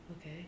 Okay